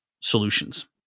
solutions